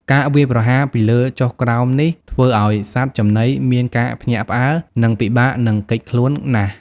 ការវាយប្រហារពីលើចុះក្រោមនេះធ្វើឲ្យសត្វចំណីមានការភ្ញាក់ផ្អើល និងពិបាកនឹងគេចខ្លួនណាស់។